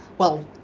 well,